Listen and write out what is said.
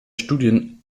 studien